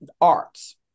arts